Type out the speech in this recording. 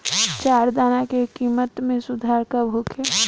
चारा दाना के किमत में सुधार कब होखे?